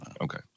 Okay